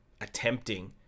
attempting